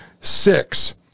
SIX